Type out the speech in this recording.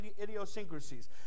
idiosyncrasies